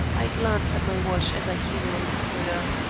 i glanced at my watch as i came along the corridor.